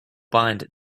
bind